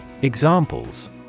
Examples